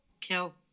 Kill